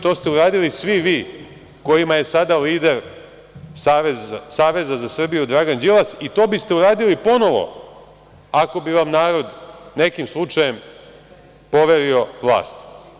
To ste uradili svi vi kojima je sada lider Saveza za Srbiju Dragan Đilas, i to biste uradili ponovo ako bi vam narod, nekim slučajem, poverio vlast.